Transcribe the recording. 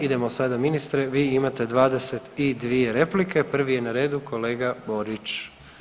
Idemo sada ministre, vi imate 22 replike, prvi je na redu kolega Borić.